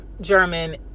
German